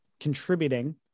contributing